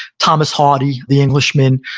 thomas hardy the englishman,